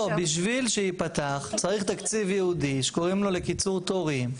בשביל שייפתח צריך תקציב ייעודי לקיצור תורים.